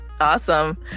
Awesome